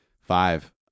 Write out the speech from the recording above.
Five